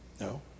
No